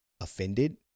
offended